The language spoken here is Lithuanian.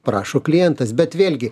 prašo klientas bet vėlgi